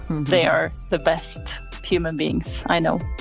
they are the best human beings i know